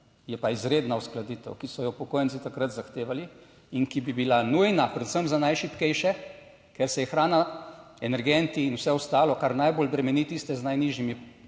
je pa izredna uskladitev, ki so jo upokojenci takrat zahtevali in ki bi bila nujna predvsem za najšibkejše, ker se je hrana energenti in vse ostalo, kar najbolj bremeni tiste z najnižjimi